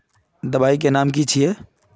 दबाई के नाम की छिए?